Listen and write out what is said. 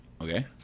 Okay